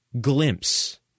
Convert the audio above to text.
glimpse